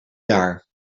jaar